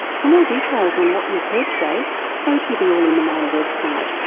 for more details on what you've heard today go to the all in the mind website,